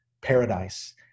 paradise